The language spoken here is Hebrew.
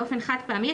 באופן חד-פעמי,